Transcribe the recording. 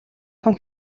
тун